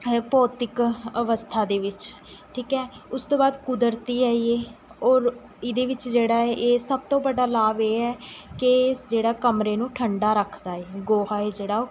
ਭੌਤਿਕ ਅਵਸਥਾ ਦੇ ਵਿੱਚ ਠੀਕ ਹੈ ਉਸ ਤੋਂ ਬਾਅਦ ਕੁਦਰਤੀ ਇਹੀ ਔਰ ਇਹਦੇ ਵਿੱਚ ਜਿਹੜਾ ਹੈ ਇਹ ਸਭ ਤੋਂ ਵੱਡਾ ਲਾਭ ਇਹ ਹੈ ਕਿ ਜਿਹੜਾ ਕਮਰੇ ਨੂੰ ਠੰਡਾ ਰੱਖਦਾ ਹੈ ਗੋਹਾ ਹੈ ਜਿਹੜਾ ਉਹ